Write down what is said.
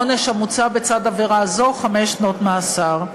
העונש המוצע לצד עבירה זו, חמש שנות מאסר.